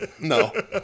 No